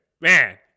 man